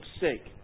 sick